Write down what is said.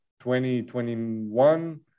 2021